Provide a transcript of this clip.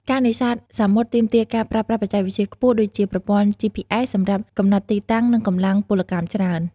ការនេសាទសមុទ្រទាមទារការប្រើប្រាស់បច្ចេកវិទ្យាខ្ពស់ ដូចជាប្រព័ន្ធ GPS សម្រាប់កំណត់ទីតាំង និងកម្លាំងពលកម្មច្រើន។